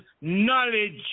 knowledge